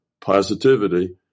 positivity